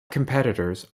competitors